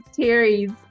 Terry's